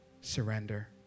surrender